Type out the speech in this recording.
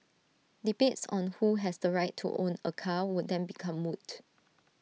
debates on who has the right to own A car would then become moot